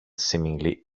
seemingly